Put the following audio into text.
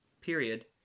Period